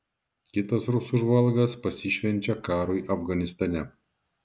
kitas rusų žvalgas pasišvenčia karui afganistane